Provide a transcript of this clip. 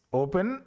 open